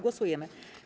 Głosujemy.